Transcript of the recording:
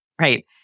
right